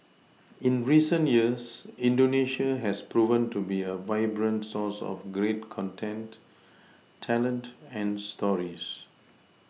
in recent years indonesia has proven to be a vibrant source of great content talent and stories